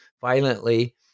violently